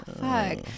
Fuck